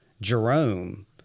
Jerome